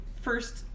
first